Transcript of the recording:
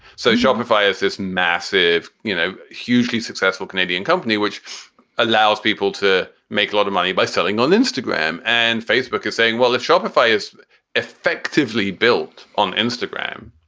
so shopify is this massive, you know, hugely successful canadian company, which allows people to make a lot of money by selling on instagram. and facebook is saying, well, if shopify is effectively built on instagram,